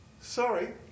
sorry